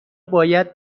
باید